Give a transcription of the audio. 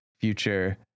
Future